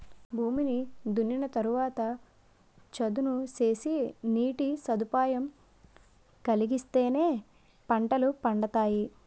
భూమిని దున్నిన తరవాత చదును సేసి నీటి సదుపాయం కలిగిత్తేనే పంటలు పండతాయి